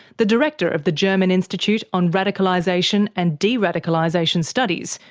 the director of the german institute on radicalisation and de-radicalisation studies,